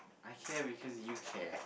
I care because you care